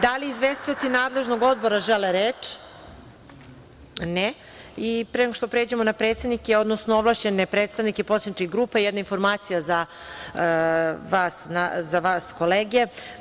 Da li izvestioci nadležnog odbora žele reč? (Ne) Pre nego što pređemo na predsednike, odnosno ovlašćene predstavnike poslaničkih grupa, jedna informacija za vas, kolege.